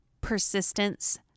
persistence